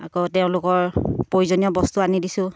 আকৌ তেওঁলোকৰ প্ৰয়োজনীয় বস্তু আনি দিছোঁ